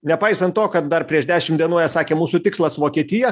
nepaisant to kad dar prieš dešim dienų jie sakė mūsų tikslas vokietija